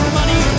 money